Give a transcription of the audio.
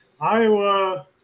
Iowa